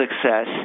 success